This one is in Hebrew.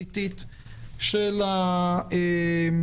ההשתלטות של הזן ההודי כאן במדינת ישראל בטווח של חודש